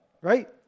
right